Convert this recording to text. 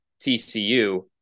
TCU